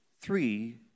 Three